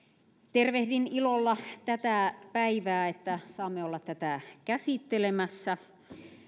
tervehdin ilolla tätä päivää että saamme olla tätä käsittelemässä